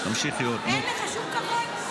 אין לך שום כבוד?